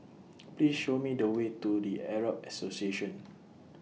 Please Show Me The Way to The Arab Association